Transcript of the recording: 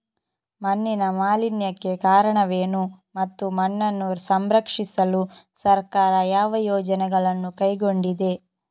ಮಣ್ಣಿನ ಮಾಲಿನ್ಯಕ್ಕೆ ಕಾರಣವೇನು ಮತ್ತು ಮಣ್ಣನ್ನು ಸಂರಕ್ಷಿಸಲು ಸರ್ಕಾರ ಯಾವ ಯೋಜನೆಗಳನ್ನು ಕೈಗೊಂಡಿದೆ?